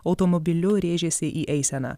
automobiliu rėžėsi į eiseną